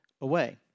away